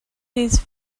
these